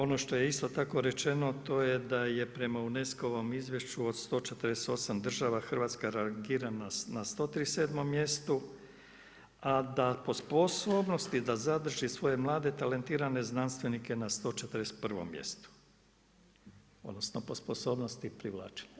Ono što je isto tako rečeno to je da je prema UNESCO-vom izvješću od 148 država Hrvatska rangirana na 137 mjestu, a da po sposobnosti da zadrži svoje mlade, talentirane znanstvenike na 141. mjestu, odnosno po sposobnosti privlačenja.